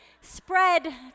spread